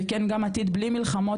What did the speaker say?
וכן גם עתיד בלי מלחמות,